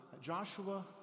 Joshua